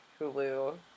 Hulu